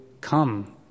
come